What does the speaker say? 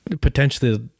Potentially